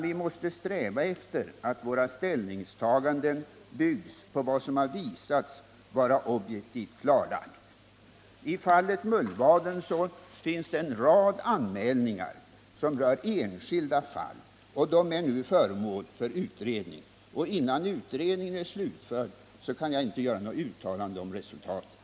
Vi måste sträva efter att våra ställningstaganden byggs på vad som har visats vara objektivt klarlagt. I fallet Mullvaden finns det en rad anmälningar som rör enskilda fall, och de är nu föremål för utredning. Innan utredningen är slutförd kan jag inte göra något uttalande om resultatet.